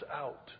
out